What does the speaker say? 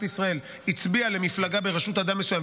ישראל הצביעה למפלגה בראשות אדם מסוים,